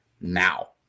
now